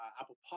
apple